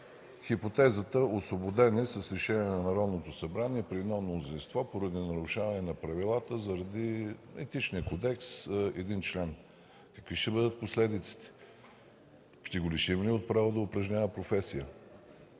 хипотезата – освободен е с решение на Народното събрание при едно мнозинство поради нарушаване на правилата заради Етичния кодекс на един член, какви ще бъдат последиците? Ще го лишим ли от право да упражнява професия?